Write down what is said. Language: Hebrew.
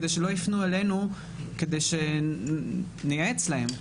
כדי שלא יפנו אלינו שנייעץ להם.